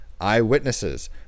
Eyewitnesses